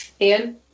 Ian